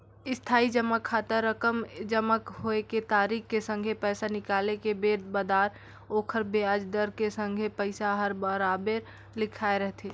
इस्थाई जमा खाता रकम जमा होए के तारिख के संघे पैसा निकाले के बेर बादर ओखर बियाज दर के संघे पइसा हर बराबेर लिखाए रथें